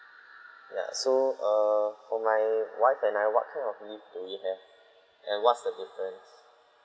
ya so err for my wife and I what kind of leave do we have and what's the difference